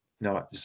No